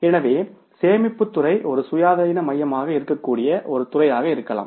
எனவே சேமிப்புத் துறை ஒரு இண்டிபெண்டெண்ட் சென்டர்மாக இருக்கக்கூடிய ஒரு துறையாக இருக்கலாம்